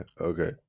Okay